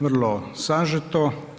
Vrlo sažeto.